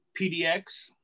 PDX